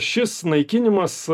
šis naikinimas